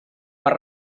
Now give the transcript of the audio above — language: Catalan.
per